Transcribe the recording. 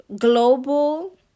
global